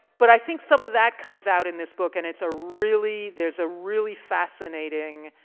but i think some of that comes out in this book and it's a really, there's a really fascinating